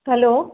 hello